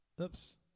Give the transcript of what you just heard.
Oops